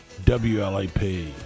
WLAP